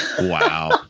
wow